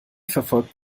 verfolgt